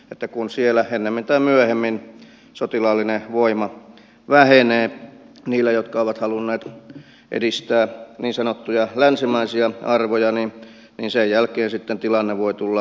tätä kun siellä ennemmin tai myöhemmin sotilaallinen voima vähenee niillä jotka ovat halunneet edistää niin sanottuja länsimaisia arvoja niin sen jälkeen sitten tilanne voi tulla